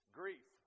grief